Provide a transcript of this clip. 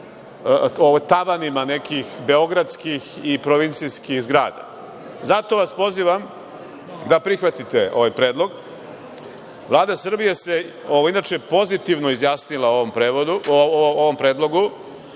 po tavanima nekih beogradskih i provincijskih zgrada. Zato vas pozivam da prihvatite ovaj predlog. Vlada Srbije se inače pozitivno izjasnila o ovom predlogu